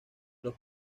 los